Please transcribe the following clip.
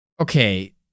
Okay